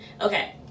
Okay